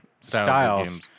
styles